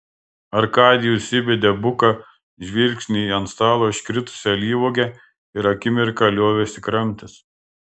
arkadijus įbedė buką žvilgsnį į ant stalo iškritusią alyvuogę ir akimirką liovėsi kramtęs